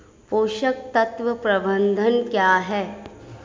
पोषक तत्व प्रबंधन क्या है?